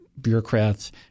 bureaucrats